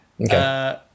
Okay